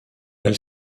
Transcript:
elle